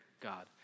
God